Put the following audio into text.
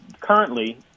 currently